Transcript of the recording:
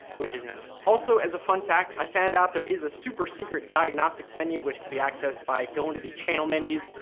which is nice. also as a fun fact, i found out there is a super secret diagnostics menu which can be accessed by going to the channels menu,